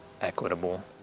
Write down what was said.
equitable